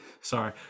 sorry